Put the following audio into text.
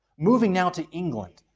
moving now to england,